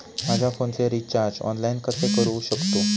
माझ्या फोनचे recharge online कसे करू शकतो?